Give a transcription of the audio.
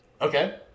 Okay